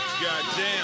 Goddamn